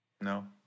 No